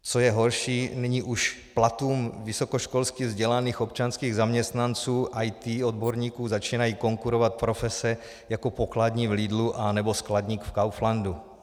Co je horší, nyní už platům vysokoškolsky vzdělaných občanských zaměstnanců IT odborníků začínají konkurovat profese jako pokladní v Lidlu nebo skladník v Kauflandu.